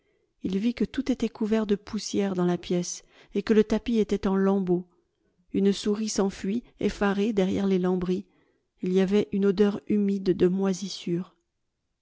il vit que tout était couvert de poussière dans la pièce et que le tapis était en lambeaux une souris s'enfuit effarée derrière les lambris il y avait une odeur humide de moisissure